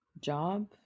Job